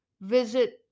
visit